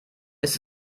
ist